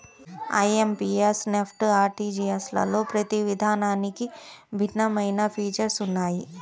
IMPS, NEFT, ఆర్టీజీయస్లలో ప్రతి విధానానికి భిన్నమైన ఫీచర్స్ ఉన్నయ్యి